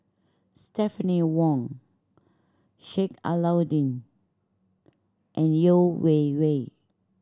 Stephanie Wong Sheik Alau'ddin and Yeo Wei Wei